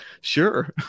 sure